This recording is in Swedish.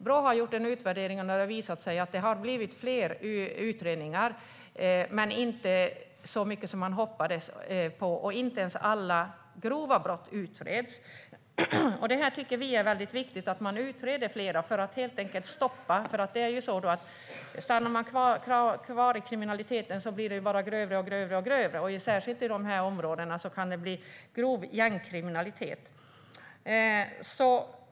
Brå har gjort en utvärdering, och det har visat sig att det blivit fler utredningar, men inte så många som man hoppades på. Inte ens alla grova brott utreds. Vi tycker att det är väldigt viktigt att man utreder fler brott för att stoppa kriminaliteten. Stannar man kvar i kriminaliteten blir den bara grövre och grövre, och särskilt i de här områdena kan det bli grov gängkriminalitet.